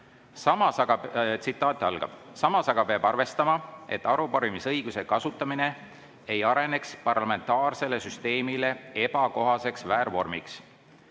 kus on öeldud, et samas peab arvestama, et arupärimise õiguse kasutamine ei areneks parlamentaarsele süsteemile ebakohaseks väärvormiks.